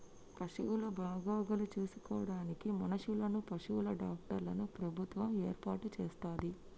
పశువుల బాగోగులు చూసుకోడానికి మనుషులను, పశువుల డాక్టర్లను ప్రభుత్వం ఏర్పాటు చేస్తది